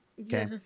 Okay